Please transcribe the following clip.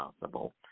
possible